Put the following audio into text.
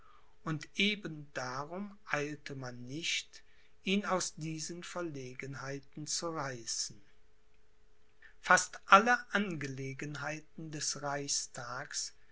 und eben darum eilte man nicht ihn aus diesen verlegenheiten zu reißen fast alle angelegenheiten des reichstags